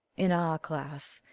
in our class,